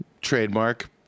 Trademark